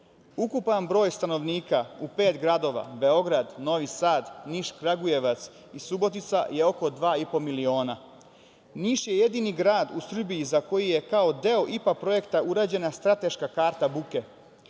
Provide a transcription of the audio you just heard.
Ukupan broj stanovnika u pet gradova – Beograd, Novi Sad, Niš, Kragujevac i Subotica je oko 2,5 miliona. Niš je jedini grad u Srbiji za koji je kao deo IPA projekta urađena strateška karta buke.